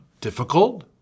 difficult